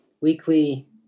weekly